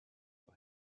for